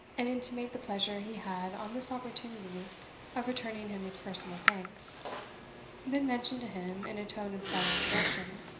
and intimate the pleasure he had on this opportunity of returning him his personal thanks then mentioned to him, in a tone of slight introduction,